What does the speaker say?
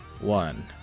one